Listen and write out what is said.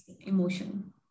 emotion